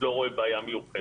אני לא רואה בעיה מיוחדת.